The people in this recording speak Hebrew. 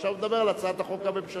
עכשיו הוא מדבר על הצעת החוק הממשלתית.